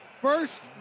First